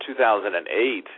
2008